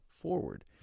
forward